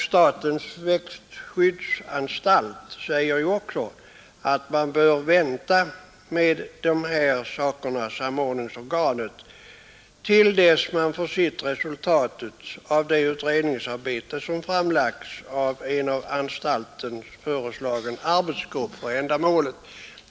Statens växtskyddsanstalt säger också att man bör vänta med ett samordningsorgan till dess att man får se resultatet av det utredningsarbete som kan framläggas av en av anstalten föreslagen arbetsgrupp för ändamålet.